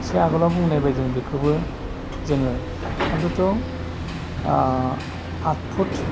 एसे आगोलाव बुंनाय बादिनो बेखौबो जोङो अन्तत' आतफुत बा